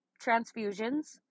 transfusions